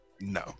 no